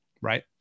right